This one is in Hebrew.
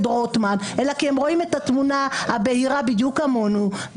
רוטמן אלא כי הם רואים את התמונה הבהירה בדיוק כמונו.